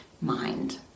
Mind